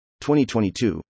2022